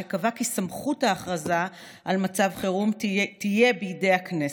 שקבע כי סמכות ההכרזה על מצב חירום תהיה בידי הכנסת,